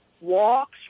walks